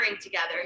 together